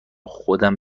خودم